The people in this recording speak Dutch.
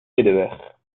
middenweg